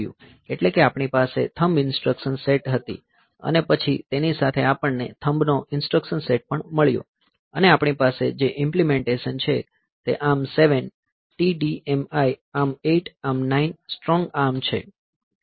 એટલે કે આપણી પાસે થંબ ઇન્સટ્રકશન સેટ હતી અને પછી તેની સાથે આપણને થંબનો ઇન્સટ્રકશન સેટ પણ મળ્યો અને આપણી પાસે જે ઇમ્પ્લીમેન્ટેશન છે તે ARM 7 TDMI ARM 8 ARM 9 strong ARM છે